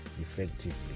effectively